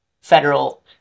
federal